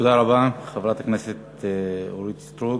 תודה רבה, חברת הכנסת אורית סטרוק.